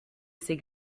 ces